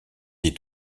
des